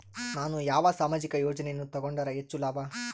ನಾನು ಯಾವ ಸಾಮಾಜಿಕ ಯೋಜನೆಯನ್ನು ತಗೊಂಡರ ಹೆಚ್ಚು ಲಾಭ?